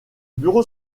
bureau